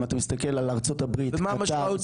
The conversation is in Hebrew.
אם אתה מסתכל על ארצות הברית --- ומה המשמעות